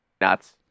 nuts